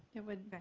it would